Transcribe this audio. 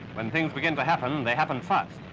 when things begin to happen, they happen fast.